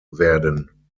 werden